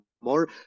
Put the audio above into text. more